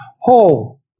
whole